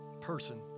person